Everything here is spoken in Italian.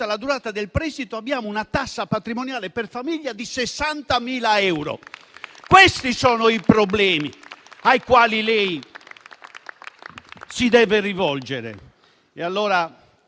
la durata del prestito, abbiamo una tassa patrimoniale per famiglia di 60.000 euro. Questi sono i problemi ai quali lei si deve rivolgere.